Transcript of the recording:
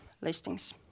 listings